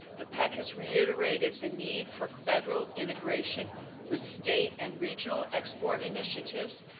the pec has reiterated the need for federal integration with state and regional export initiatives.